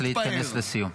צריך להתכנס לסיום.